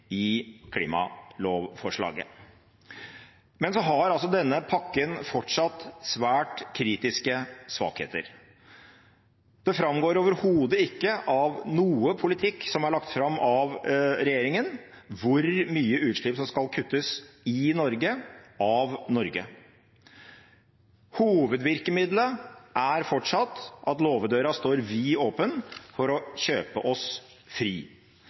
i klimalovforslaget. Men så har altså denne pakken fortsatt svært kritiske svakheter. Det framgår overhodet ikke av noe politikk som er lagt fram av regjeringen, hvor mye utslipp som skal kuttes i Norge, av Norge. Hovedvirkemidlet er fortsatt at låvedøra står vidåpen for å kjøpe oss fri.